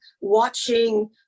watching